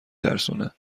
ترسونه